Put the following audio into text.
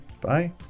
Bye